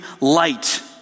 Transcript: light